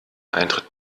eintritt